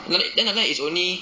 like that then like that is only